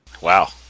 Wow